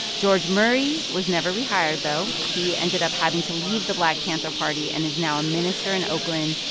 george murray was never rehired, though. he ended up having to leave the black panther party and is now a minister in oakland.